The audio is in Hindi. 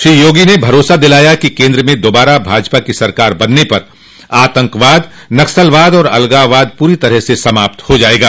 श्री योगी ने भरोसा दिलाया कि केन्द्र में दोबारा भाजपा की सरकार बनने पर आतंकवाद नक्सलवाद और अलगाववाद पूरी तरह से समाप्त हो जायेगा